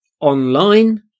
online